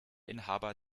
inhaber